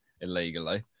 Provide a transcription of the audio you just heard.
illegally